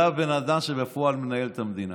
זה הבן אדם שבפועל מנהל את המדינה.